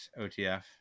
OTF